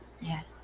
Yes